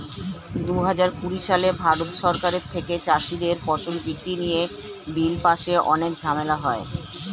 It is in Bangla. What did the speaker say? দুহাজার কুড়ি সালে ভারত সরকারের থেকে চাষীদের ফসল বিক্রি নিয়ে বিল পাশে অনেক ঝামেলা হয়